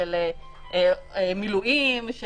מילואים,